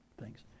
Thanks